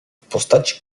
postaci